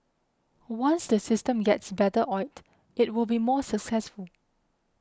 once the system gets better oiled it will be more successful